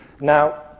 Now